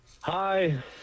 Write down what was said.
Hi